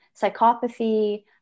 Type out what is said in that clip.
psychopathy